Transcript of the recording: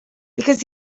because